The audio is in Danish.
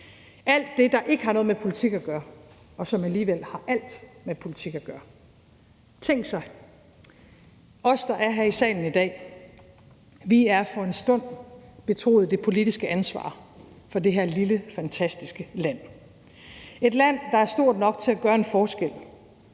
alt det, der ikke har noget med politik at gøre, og som alligevel har alt med politik at gøre. Tænk sig, at vi, der er her i salen i dag, for en stund er betroet det politiske ansvar for det her lille fantastiske land, et land, der er stort nok til at gøre en forskel